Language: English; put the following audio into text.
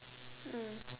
mm